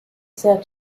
said